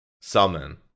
summon